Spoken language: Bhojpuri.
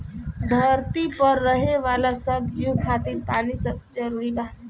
धरती पर रहे वाला सब जीव खातिर पानी सबसे जरूरी बा